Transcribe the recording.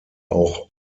auch